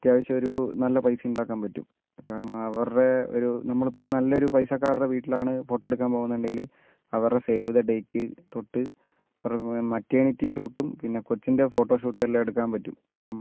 അത്യാവശ്യമൊരു നല്ല പൈസ ഉണ്ടാക്കാൻ പറ്റും കാരണം അവരുടെ ഒരു നമ്മൾ ഇപ്പോൾ നല്ല ഒരു പൈസക്കാരുടെ വീട്ടിലാണ് ഫോട്ടോ എടുക്കാൻ പോകുന്നുണ്ടെങ്കിൽ അവരുടെ സേവ് ദി ഡേറ്റ് തൊട്ട് മറ്റേർണിറ്റി ഷൂട്ടും പിന്നെ കൊച്ചിൻ്റെ ഫോട്ടോ ഷൂട്ടും എല്ലാം എടുക്കാൻ പറ്റും അപ്പം